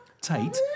Tate